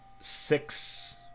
Six